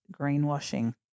greenwashing